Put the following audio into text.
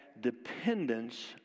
dependence